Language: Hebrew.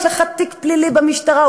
יש לך תיק פלילי במשטרה,